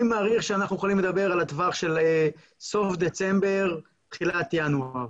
אני מעריך שאנחנו יכולים לדבר על הטווח של סוף דצמבר תחילת ינואר.